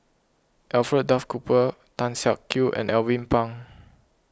Alfred Duff Cooper Tan Siak Kew and Alvin Pang